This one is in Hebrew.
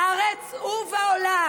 בארץ ובעולם.